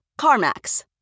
CarMax